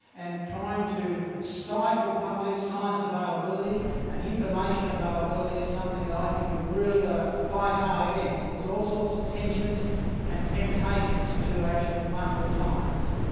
and trying to stifle public science availability and information availability is something that i think we've really got to fight hard against. there's all sorts of tensions and temptations to actual muffle science.